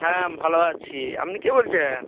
হ্যাঁ ভালো আছি আপনি কে বলছেন